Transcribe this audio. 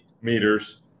meters